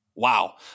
Wow